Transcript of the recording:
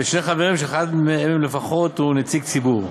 ושני חברים שאחד מהם לפחות הוא נציג ציבור.